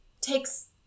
takes